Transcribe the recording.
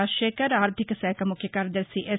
రాజశేఖర్ ఆర్దిక శాఖ ముఖ్య కార్యదర్శి ఎస్